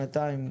שנתיים.